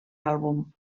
àlbum